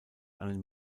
einen